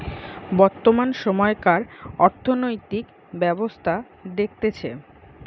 বর্তমান সময়কার অর্থনৈতিক ব্যবস্থা দেখতেছে